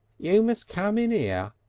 you must come in ere,